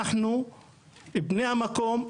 שאנחנו בני המקום,